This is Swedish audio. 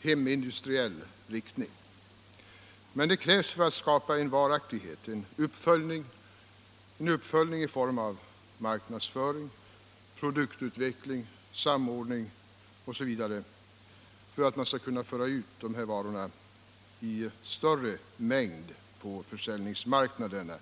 hemindustriell inriktning. Men för att åstadkomma varaktighet krävs en uppföljning i form av marknadsföring, produktutveckling, samordning, osv., så att man kan föra ut dessa varor i större mängd på försäljningsmarknaderna.